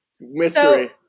Mystery